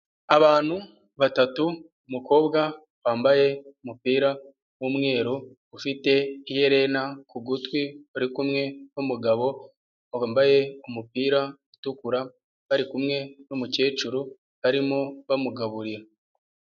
Abantu batatu umukobwa wambaye umupira w'umweru ufite iherena ku gutwi, uri kumwe n'umugabo wambaye umupira utukura, bari kumwe n'umukecuru barimo bamugaburira.